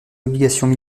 obligations